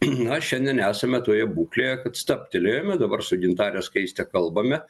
na šiandien esame toje būklėje kad stabtelėjome dabar su gintare skaiste kalbame